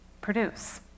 produce